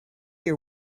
your